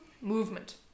movement